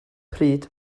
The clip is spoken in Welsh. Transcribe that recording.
pryd